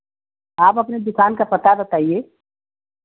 आप अपने दुकान का पता बताइए